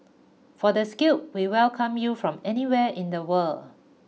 for the skilled we welcome you from anywhere in the world